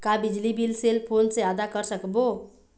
का बिजली bill cell phone से आदा कर सकबो?